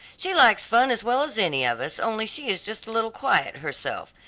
she likes fun as well as any of us, only she is just a little quiet herself.